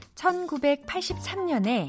1983년에